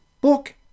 book